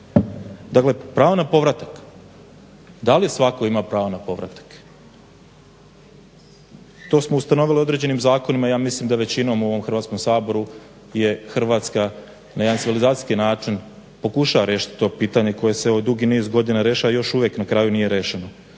Dakle, pravo na povratak. Da li svatko ima pravo na povratak? To smo ustanovili određenim zakonima ja mislim da većinom u ovom Hrvatskom saboru je Hrvatska na jedan civilizacijski način pokušava riješiti to pitanje koje se evo dugi niz godina rešava, još uvek na kraju nije rešeno.